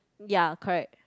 ya correct